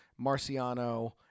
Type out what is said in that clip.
Marciano